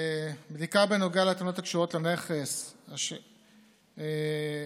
בדיקה בנוגע לטענות הקשורות לנכס שאליו